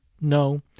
No